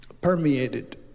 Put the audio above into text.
permeated